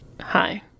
Hi